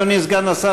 אדוני סגן השר,